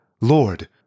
Lord